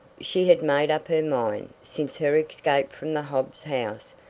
she had made up her mind, since her escape from the hobbs house,